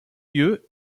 lieu